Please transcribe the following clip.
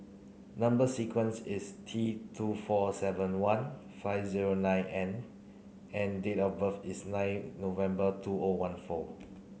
number sequence is T two four seven one five zero nine N and date of birth is nine November two O one four